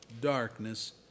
darkness